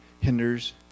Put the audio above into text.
Hinders